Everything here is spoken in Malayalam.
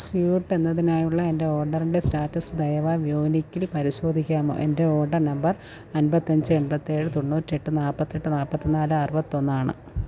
സ്യൂട്ട് എന്നതിനായുള്ള എന്റെ ഓർഡറിന്റെ സ്റ്റാറ്റസ് ദയവാ വ്യോനിക്കിൽ പരിശോധിക്കാമോ എന്റെ ഓർഡർ നമ്പർ അമ്പത്തഞ്ച് എൺപത്തേഴ് തൊണ്ണൂറ്റെട്ട് നാൽപ്പത്തെട്ട് നാൽപ്പത്തിനാല് അറുപത്തൊന്ന് ആണ്